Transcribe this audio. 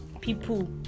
people